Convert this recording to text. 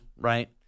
right